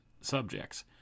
subjects